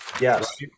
yes